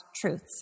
truths